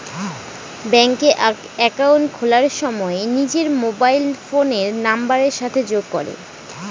ব্যাঙ্কে একাউন্ট খোলার সময় নিজের মোবাইল ফোনের নাম্বারের সাথে যোগ করে